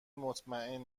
مطمئن